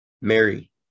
Mary